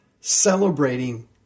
celebrating